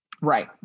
Right